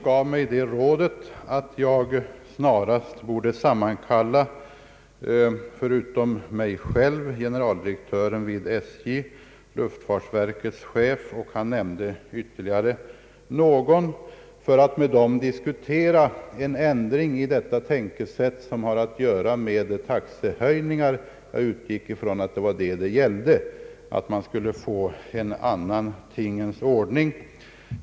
Han hade resonerat sig fram till detta utifrån höjningarna av statens järnvägars taxor från den 1 januari 1970. Med dem skulle jag diskutera en ändring i det tänkesätt som har att göra med taxehöjningarna. Åtminstone utgick jag ifrån att det var det saken gällde och att man skulle få en annan tingens ordning.